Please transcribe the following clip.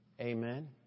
Amen